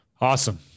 Awesome